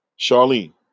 Charlene